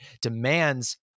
demands